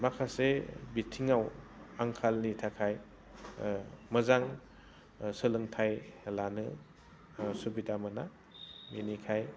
माखासे बिथिङाव आंखालनि थाखाय मोजां सोलोंथाइ लानो सुबिदा मोना बिनिखाय